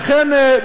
לכן,